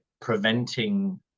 preventing